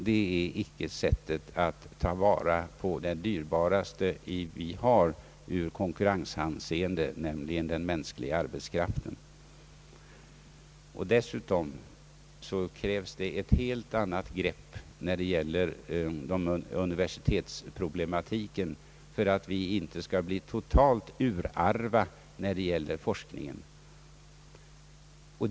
Det är inte rätta sättet att ta vara på det dyrbaraste vi har i konkurrenshänseende, nämligen den mänskliga = arbetskraften. - Dessutom krävs det ett helt annat grepp på universitetsproblematiken för att vi inte skall bli totalt urarva när det gäller forskningen.